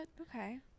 okay